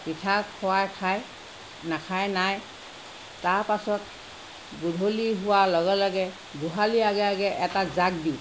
পিঠা খোৱাই খায় নাখায় নাই তাৰপাছত গধূলি হোৱাৰ লগে লগে গোহালিৰ আগে আগে এটা জাগ দিওঁ